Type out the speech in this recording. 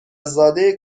زاده